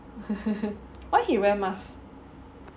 why he wear mask